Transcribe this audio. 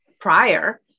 prior